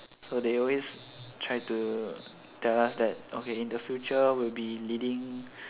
so there always try to tell us that okay in future we will be leading